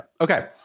okay